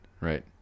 right